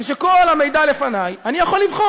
כשכל המידע לפני, אני יכול לבחור.